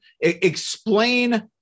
Explain